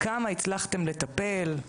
כמה הצלחתם לטפל?